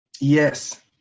Yes